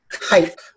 Hype